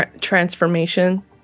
Transformation